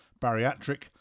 Bariatric